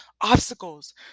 Obstacles